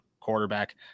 quarterback